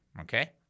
okay